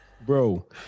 bro